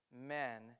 Men